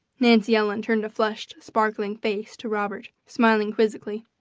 nancy ellen turned a flushed sparkling face to robert, smiling quizzically,